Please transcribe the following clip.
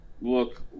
look